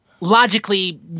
logically